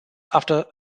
after